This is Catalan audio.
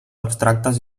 abstractes